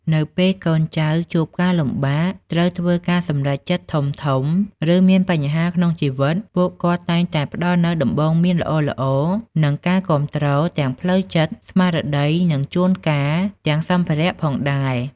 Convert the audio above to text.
នៅពេលកូនចៅជួបការលំបាក ត្រូវធ្វើការសម្រេចចិត្តធំៗ ឬមានបញ្ហាក្នុងជីវិត ពួកគាត់តែងតែផ្តល់នូវ ដំបូន្មានល្អៗ និង ការគាំទ្រ ទាំងផ្លូវចិត្ត ស្មារតី និងជួនកាលទាំងសម្ភារៈផងដែរ។